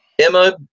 Emma